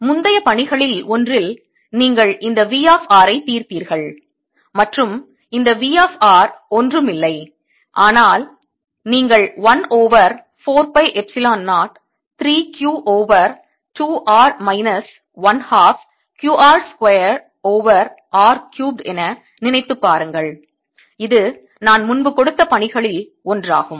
இப்போது முந்தைய பணிகளில் ஒன்றில் நீங்கள் இந்த V ஆஃப் r ஐ தீர்த்தீர்கள் மற்றும் இந்த V ஆஃப் r ஒன்றும் இல்லை ஆனால் நீங்கள் 1 over 4 pi epsilon 0 3 Q over 2 R minus 1 half Q r square over R cubed என நினைத்துப் பாருங்கள் இது நான் முன்பு கொடுத்த பணிகளில் ஒன்றாகும்